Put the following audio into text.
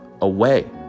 away